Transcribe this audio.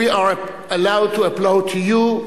We are allowed to applaud to you,